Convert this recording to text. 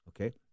Okay